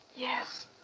Yes